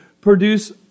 produce